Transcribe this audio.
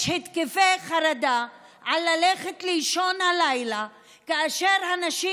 יש התקפי חרדה ללכת לישון בלילה כאשר הנשים